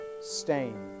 stain